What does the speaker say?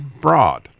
broad